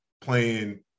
playing